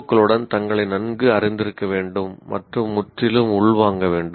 க்களுடன் தங்களை நன்கு அறிந்திருக்க வேண்டும் மற்றும் முற்றிலும் உள்வாங்க வேண்டும்